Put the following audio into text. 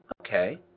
okay